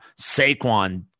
Saquon